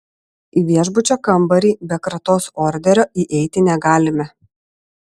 į viešbučio kambarį be kratos orderio įeiti negalime